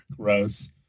Gross